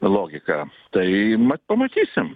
logika tai mat pamatysim